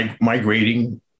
Migrating